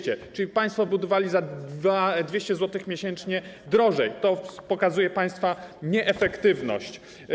Czyli państwo budowali za 200 zł miesięcznie drożej, to pokazuje państwa nieefektywność.